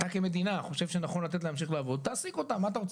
אתה כמדינה חושב שנכון לתת להם להמשיך לעבוד תעסיק אותם אתה,